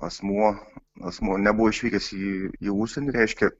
asmuo asmuo nebuvo išvykęs į užsienį reiškia